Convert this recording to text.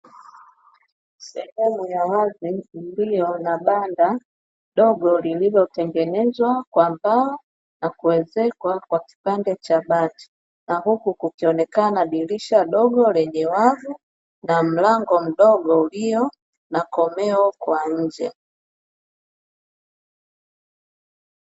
Sehemu ya wazi iliyo na banda dogo lililotengenezwa kwa mbao na kuezekwa kwa kipande cha bati na huku kukionekana dirisha dogo lenye wavu na mlango mdogo ulio na komeo kwa nje.